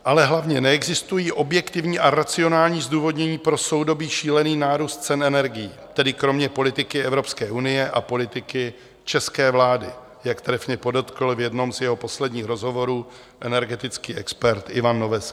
Ale hlavně, neexistují objektivní a racionální zdůvodnění pro soudobý šílený nárůst cen energií, tedy kromě politiky Evropské unie a politiky české vlády, jak trefně podotkl v jednom ze svých posledních rozhovorů energetický expert Ivan Noveský.